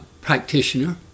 practitioner